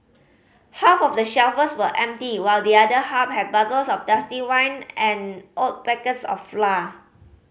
half of the shelves were empty while the other half had bottles of dusty wine and old packets of flour